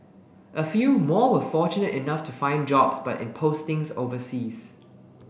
a few more were fortunate enough to find jobs but in postings overseas